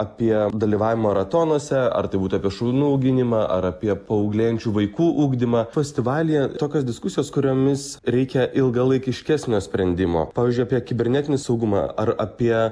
apie dalyvavimą maratonuose ar tai būtų apie šunų auginimą ar apie paauglėjančių vaikų ugdymą festivalyje tokios diskusijos kuriomis reikia ilgalaikiškesnio sprendimo pavyzdžiui apie kibernetinį saugumą ar apie